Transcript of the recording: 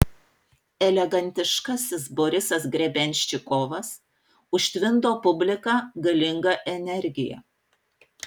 elegantiškasis borisas grebenščikovas užtvindo publiką galinga energija